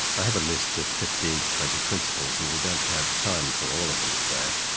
i have a list of fifteen to twenty principles and we don't have time for all of them today.